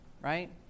right